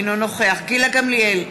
אינו נוכח גילה גמליאל,